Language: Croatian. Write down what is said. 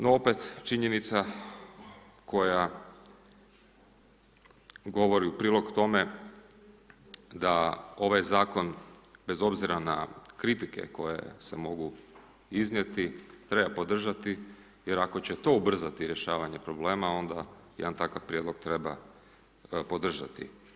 No, opet činjenica koja govori u prilog tome da ovaj Zakon bez obzira na kritike koje se mogu iznijeti, treba podržati, jer ako će to ubrzati rješavanje problema, onda jedan takav prijedlog treba podržati.